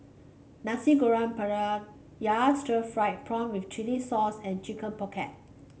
Nasi Goreng Pattaya Stir Fried Prawn with Chili Sauce and Chicken Pocket